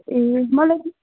ए मलाई